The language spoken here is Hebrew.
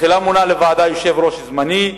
תחילה מונה לוועדה יושב-ראש זמני,